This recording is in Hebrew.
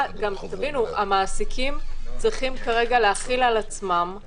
תבינו, המעסיקים צריכים כרגע להחיל על עצמם את